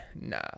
nah